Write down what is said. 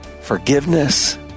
Forgiveness